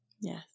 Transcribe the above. yes